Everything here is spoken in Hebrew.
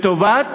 לטובת